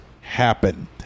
happen